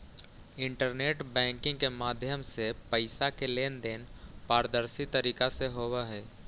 internet banking के माध्यम से पैइसा के लेन देन पारदर्शी तरीका से होवऽ हइ